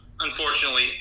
unfortunately